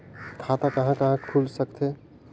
खाता कहा कहा खुल सकथे?